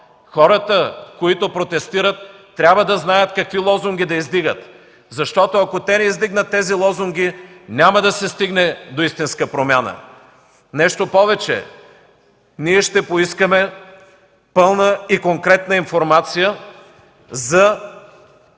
Хората, които протестират, трябва да знаят какви лозунги да издигат, защото ако не ги издигнат, няма да се стигне до истинска промяна. Нещо повече, ще поискаме пълна и конкретна информация за